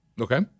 Okay